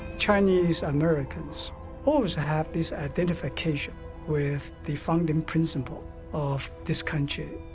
chinese americans always have this identification with the founding principle of this country,